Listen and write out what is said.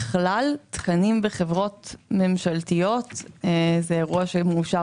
ככלל תקנים בחברות ממשלתיות זה אירוע שמאושר